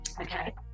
Okay